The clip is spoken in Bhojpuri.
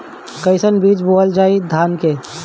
कईसन बीज बोअल जाई धान के?